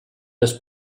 als